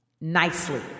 nicely